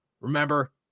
Remember